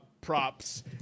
props